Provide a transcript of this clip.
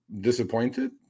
disappointed